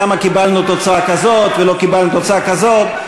למה קיבלנו תוצאה כזאת ולא קיבלנו תוצאה כזאת,